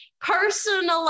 personalized